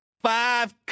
five